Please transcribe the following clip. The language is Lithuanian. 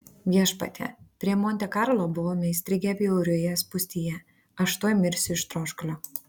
viešpatie prie monte karlo buvome įstrigę bjaurioje spūstyje aš tuoj mirsiu iš troškulio